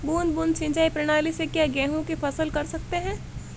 बूंद बूंद सिंचाई प्रणाली से क्या गेहूँ की फसल कर सकते हैं?